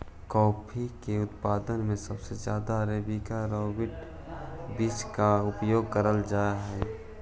coffee के उत्पादन में सबसे ज्यादा अरेबिका और रॉबस्टा बींस का उपयोग करल जा हई